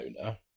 owner